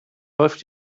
läuft